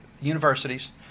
universities